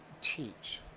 teach